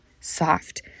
soft